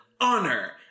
honor